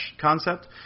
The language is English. concept